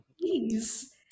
Please